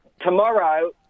tomorrow